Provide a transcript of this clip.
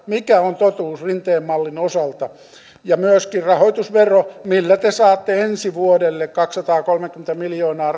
mikä on totuus rinteen mallin osalta ja myöskin rahoitusveron osalta se millä te saatte ensi vuodelle kaksisataakolmekymmentä miljoonaa